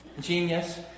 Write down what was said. genius